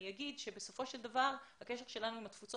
אני אומר שבסופו של דבר הקשר שלנו עם התפוצות,